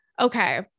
Okay